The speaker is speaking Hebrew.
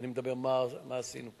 אני מדבר על מה שעשינו פה.